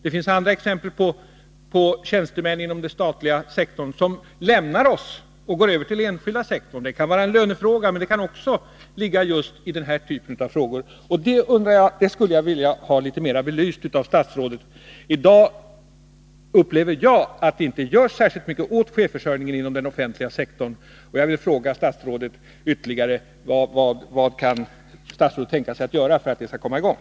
Det finns också exempel på att tjänstemän lämnar oss och går över till den enskilda sektorn. Det kan vara en lönefråga, men det kan också ha att göra med den typ av frågor som jag nyss har räknat upp. Jag skulle vilja ha detta litet mera belyst av statsrådet. I dag upplever jag att det inte görs särskilt mycket åt chefsförsörjningen inom den offentliga sektorn, och jag vill fråga statsrådet ytterligare: Vad kan statsrådet tänka sig att göra för att det skall komma i gång?